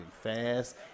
fast